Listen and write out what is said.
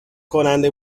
کننده